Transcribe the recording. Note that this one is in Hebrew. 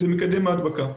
הוא מקדם ההדבקה.